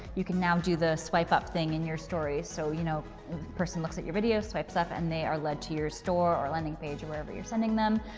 you can now do the swipe up thing in your stories. a so you know person looks at your video, swipes up and they are lead to your store or landing page, or wherever you're sending them.